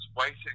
waiting